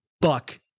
buck